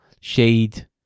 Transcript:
shade